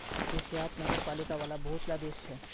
एशियात नगरपालिका वाला बहुत ला देश छे